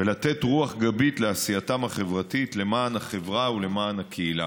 ולתת רוח גבית לעשייתם החברתית למען החברה ולמען הקהילה.